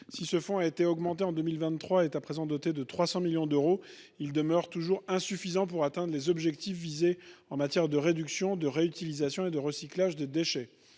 de ce fonds a été augmenté en 2023 et s’élève à présent à 300 millions d’euros, il demeure toujours insuffisant pour atteindre les objectifs en matière de réduction, de réutilisation et de recyclage des déchets.